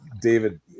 David